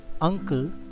uncle